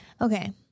Okay